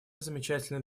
замечательные